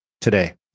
today